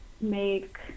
make